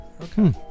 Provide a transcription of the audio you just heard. Okay